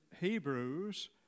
Hebrews